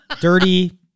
dirty